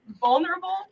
vulnerable